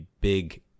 big